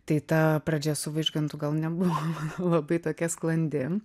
tai ta pradžia su vaižgantu gal nebuvo labai tokia sklandi